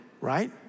right